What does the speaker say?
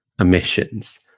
emissions